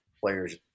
players